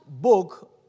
book